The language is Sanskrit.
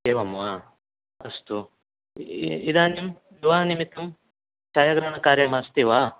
एवं वा अस्तु इदानीं तव निमित्तं छायाग्रहणकार्यम् अस्ति वा